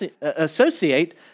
associate